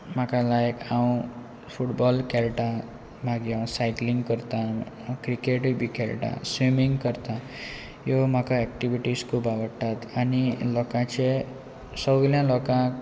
म्हाका लायक हांव फुटबॉल खेळटां मागीर हांव सायकलींग करता क्रिकेटूय बी खेळटा स्विमींग करता ह्यो म्हाका एक्टिविटीज खूब आवडटात आनी लोकांचे सोगळ्या लोकांक